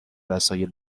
وسایل